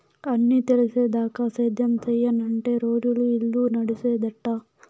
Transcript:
అన్నీ తెలిసేదాకా సేద్యం సెయ్యనంటే రోజులు, ఇల్లు నడిసేదెట్టా